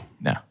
No